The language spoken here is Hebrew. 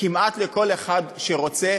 כמעט לכל אחד שרוצה,